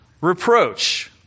reproach